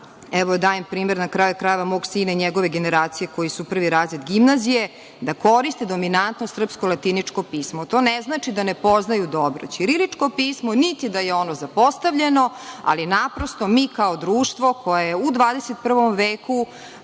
Dajem primer mog sina i njegove generacije, koji su prvi razred gimnazije, koriste dominantno srpsko latinično pismo. To ne znači da ne poznaju dobro i ćirilično pismo, niti da je ono zapostavljeno, ali naprosto, mi kao društvo koje je u 21. veku